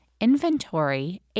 inventory